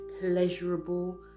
pleasurable